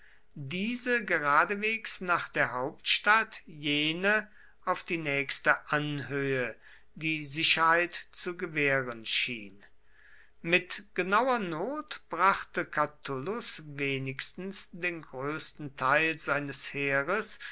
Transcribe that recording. diese geradeswegs nach der hauptstadt jene auf die nächste anhöhe die sicherheit zu gewähren schien mit genauer not brachte catulus wenigstens den größten teil seines heeres